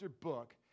book